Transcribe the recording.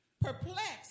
Perplexed